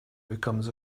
becomes